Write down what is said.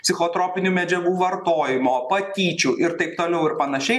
psichotropinių medžiagų vartojimo patyčių ir taip toliau ir panašiai